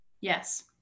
yes